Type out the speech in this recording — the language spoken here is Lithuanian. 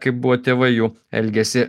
kaip buvo tėvai jų elgiasi